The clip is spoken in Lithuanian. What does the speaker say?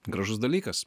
gražus dalykas